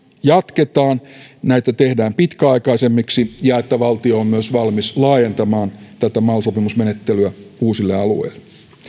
jatketaan näitä tehdään pitkäaikaisemmiksi ja että valtio on myös valmis laajentamaan tätä mal sopimusmenettelyä uusille alueille